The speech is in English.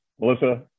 Melissa